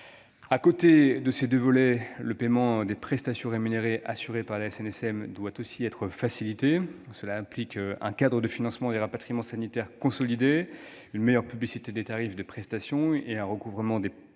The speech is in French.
Outre ces deux volets, le paiement des prestations rémunérées assurées par la SNSM doit être facilité. Cela implique un cadre de financement des rapatriements sanitaires consolidé, une meilleure publicité des tarifs des prestations et un recouvrement des paiements